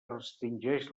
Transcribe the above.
restringeix